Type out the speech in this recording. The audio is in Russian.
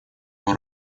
его